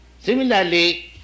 Similarly